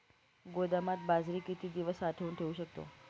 गोदामात बाजरी किती दिवस साठवून ठेवू शकतो?